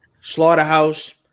Slaughterhouse